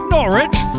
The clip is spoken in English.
Norwich